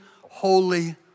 holy